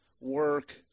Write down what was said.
work